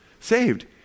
Saved